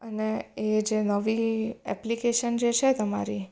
અને એ જે નવી એપ્લિકેશન જે છે તમારી